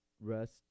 rest